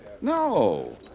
No